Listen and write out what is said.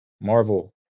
Marvel